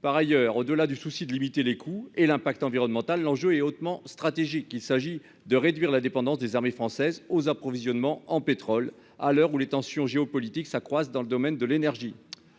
Par ailleurs, au-delà du souci de limiter les coûts et l'impact environnemental. L'enjeu est hautement stratégique, il s'agit de réduire la dépendance des armées françaises aux approvisionnements en pétrole à l'heure où les tensions géopolitiques s'accroissent dans le domaine de l'énergie.